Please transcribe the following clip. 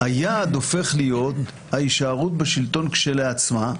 היעד הופך להיות ההישארות בשלטון כשלעצמה,